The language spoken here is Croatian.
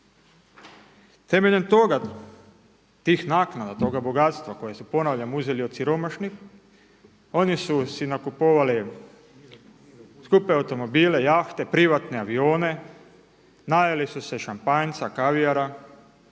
Temeljem toga, tih naknada, toga bogatstva kojeg su ponavljam uzeli od siromašni, oni su si nakupovali skupe automobile, jahte, privatne avione, najeli su se šampanjca, kavijara,